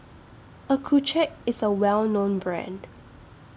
Accucheck IS A Well known Brand